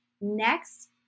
Next